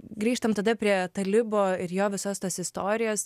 grįžtam tada prie talibo ir jo visos tos istorijos